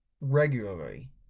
regularly